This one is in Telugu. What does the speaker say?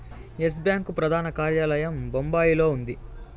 ఎస్ బ్యాంకు ప్రధాన కార్యాలయం బొంబాయిలో ఉంది